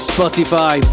Spotify